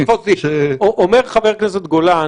אומר חבר הכנסת גולן,